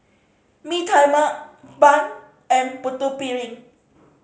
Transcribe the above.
Mee Tai Mak bun and Putu Piring